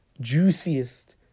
juiciest